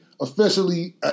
officially